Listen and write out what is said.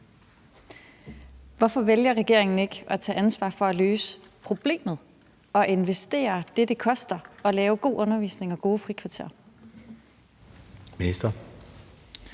Hvorfor vælger regeringen ikke at tage ansvar for at løse problemet og investere det, det koster at lave god undervisning og gode frikvarterer?